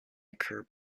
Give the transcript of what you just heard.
occur